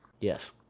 yes